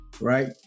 Right